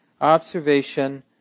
Observation